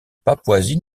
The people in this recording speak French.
papouasie